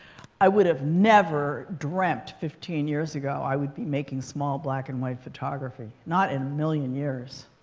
i would have never dreamt fifteen years ago, i would be making small black-and-white photography, not in a million years.